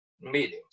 meetings